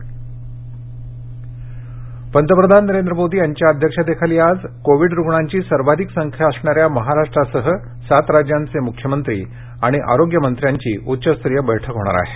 पंतप्रधान बैठक पंतप्रधान नरेंद्र मोदी यांच्या अध्यक्षतेखाली आज कोविड रुग्णांची सर्वाधिक संख्या असणाऱ्या महाराष्ट्रासह सात राज्यांचे मुख्यमंत्री आणि आरोग्य मंत्र्यांची उच्चस्तरीय बैठक होणार आहे